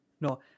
no